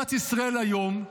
במדינת ישראל היום,